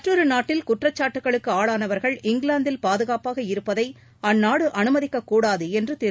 மற்றொரு நாட்டில் குற்றச்சாட்டுகளுக்கு ஆளானவர்கள் இங்கிலாந்தில் பாதுகாப்பாக இருப்பதை அந்நாடு அனுமதிக்கக்கூடாது என்று திரு